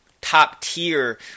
top-tier